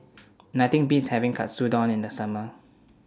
Nothing Beats having Katsudon in The Summer